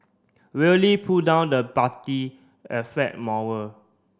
really pull down the party affect